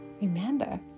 remember